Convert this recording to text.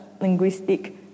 linguistic